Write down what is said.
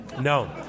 No